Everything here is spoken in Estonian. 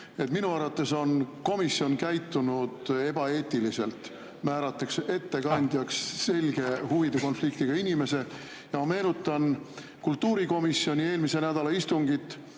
Minu arvates on komisjon käitunud ebaeetiliselt, määrates ettekandjaks selge huvide konfliktiga inimese. Ma meenutan kultuurikomisjoni eelmise nädala istungit,